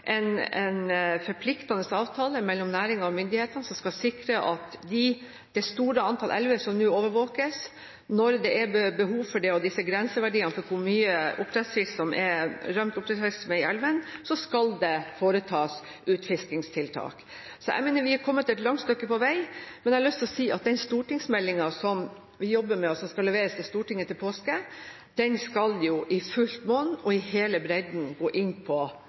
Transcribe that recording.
en forpliktende avtale mellom næringen og myndighetene som skal sikre at det i det store antall elver som nå overvåkes, når det er behov for det og grenseverdiene for hvor mye oppdrettsfisk som er rømt oppdrettsfisk i elvene, er overskredet, foretas utfiskingstiltak. Jeg mener derfor vi er kommet et langt stykke på vei. Men jeg har lyst til å si at den stortingsmeldingen som vi jobber med, og som skal leveres til Stortinget til påske, i fullt monn og i hele bredden også skal gå inn på